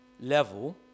level